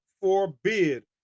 forbid